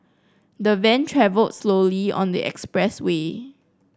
the van travelled slowly on the expressway